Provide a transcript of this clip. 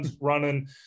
running